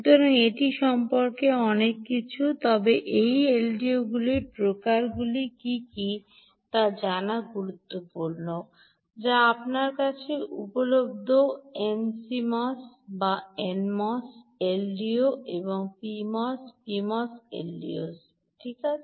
সুতরাং এটি সম্পর্কে অনেক কিছু তবে এটি এলডিওগুলির প্রকারগুলি কী কী তা জানা গুরুত্বপূর্ণ যা আপনার কাছে উপলব্ধ NCMOS বা NMOS LDOs এবং PMOS PMOS LDOs ঠিক আছে